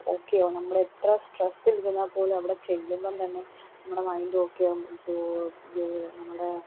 ഓക്കെയാവും നമ്മളെത്ര സ്ട്രെസ്സിലിരുന്നാല്പ്പോലും അവിടെ ചെല്ലുമ്പോള് തന്നെ നമ്മുടെ മൈൻഡോക്കെയാവും നമ്മുടെ